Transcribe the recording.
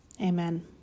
Amen